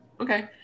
Okay